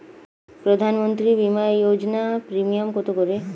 প্রধানমন্ত্রী বিমা যোজনা প্রিমিয়াম কত করে?